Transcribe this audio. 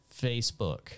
Facebook